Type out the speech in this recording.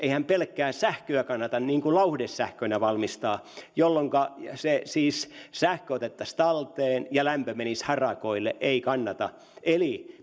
eihän pelkkää sähköä kannata lauhdesähkönä valmistaa jolloinka se sähkö siis otettaisiin talteen ja lämpö menisi harakoille ei kannata eli